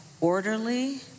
orderly